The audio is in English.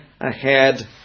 ahead